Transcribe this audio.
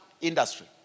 industry